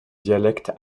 dialecte